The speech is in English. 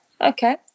Okay